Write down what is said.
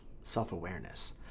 self-awareness